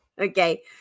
Okay